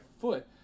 foot